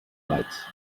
lights